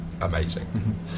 amazing